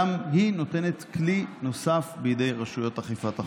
גם הן נותנות כלי נוסף בידי רשויות אכיפת החוק.